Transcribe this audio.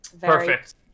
Perfect